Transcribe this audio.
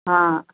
हा